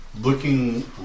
Looking